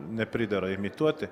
nepridera imituoti